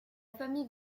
famille